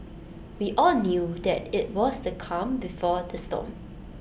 we all knew that IT was the calm before the storm